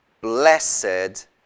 blessed